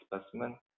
specimen